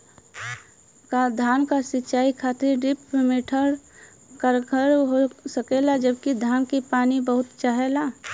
का धान क सिंचाई खातिर ड्रिप मेथड कारगर हो सकेला जबकि धान के पानी बहुत चाहेला?